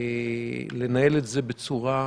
לנהל את זה בצורה